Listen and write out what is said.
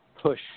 push